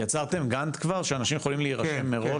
יצרתם גאנט כבר שאנשים יכולים להירשם מראש?